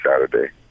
Saturday